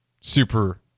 super